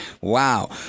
Wow